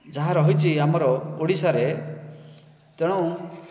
ଯାହା ରହିଛି ଆମର ଓଡ଼ିଶାରେ ତେଣୁ